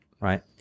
right